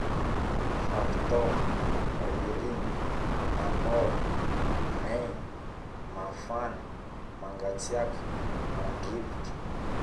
Fahataogno, ririgny, maigny, magnoragna, mafana, mangatsiaka, mandrivotro